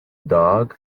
dog